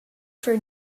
for